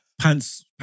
Pants